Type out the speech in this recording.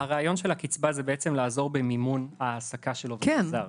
הרעיון של הקצבה זה בעצם לעזור במימון העסקה של עובד זר.